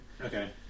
Okay